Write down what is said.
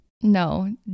no